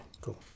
Cool